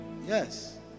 yes